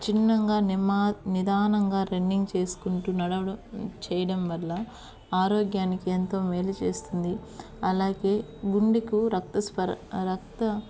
చిన్నగా నిదానంగా రన్నింగ్ చేసుకుంటూ నడవడం చేయడం వల్ల ఆరోగ్యానికి ఎంతో మేలు చేస్తుంది అలాగే గుండెకు రక్త రక్త